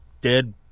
dead